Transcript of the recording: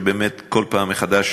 שבאמת כל פעם מחדש